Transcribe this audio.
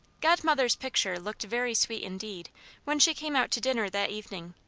godmother's picture looked very sweet indeed when she came out to dinner that evening.